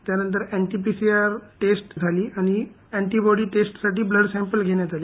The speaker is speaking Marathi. त्यानंतर एनटीपीसीआर टेस्ट झाली आणि अँटीबॉडी टेस्टसाठी बल्ड स्मॅपल घेण्यात आले